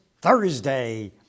Thursday